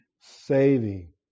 saving